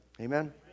Amen